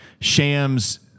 Shams